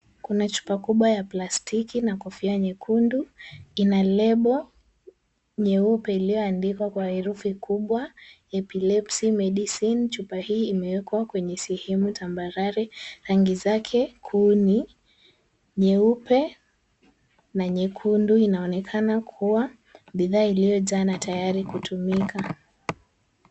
Kuna chupa kubwa ya plastiki na kofia nyekundu. Ina lebo nyeupe iliyoandikwa kwa herufi kubwa Epilepsi Medicine . Chupa hii imewekwa kwenye sehemu tambarare. Rangi zake kuu ni nyeupe na nyekundu. Inaonekana kuwa bidhaa iliyo jaa na tayari kutumika.